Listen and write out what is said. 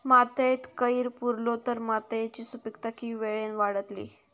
मातयेत कैर पुरलो तर मातयेची सुपीकता की वेळेन वाडतली?